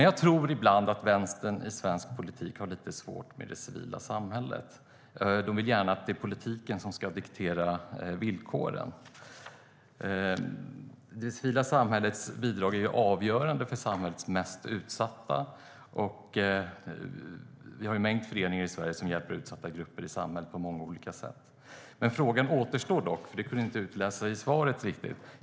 Jag tror ibland att vänstern i svensk politik har lite svårt med det civila samhället. De vill gärna att politiken ska diktera villkoren. Det civila samhällets bidrag är avgörande för samhällets mest utsatta. Vi har en mängd föreningar i Sverige som hjälper utsatta grupper i samhället på många olika sätt. Frågan återstår dock, för det gick inte riktigt att utläsa något svar.